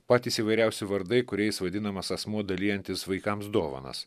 patys įvairiausi vardai kuriais vadinamas asmuo dalijantis vaikams dovanas